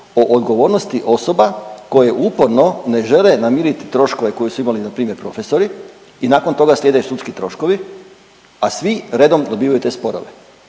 o odgovornosti osoba koje uporno ne žele namiriti troškove koje su imali npr. profesori i nakon toga slijede sudski troškovi, a svi redom dobivaju te sporove.